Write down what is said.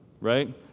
right